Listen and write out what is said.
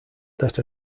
that